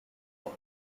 moi